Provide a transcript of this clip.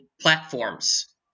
platforms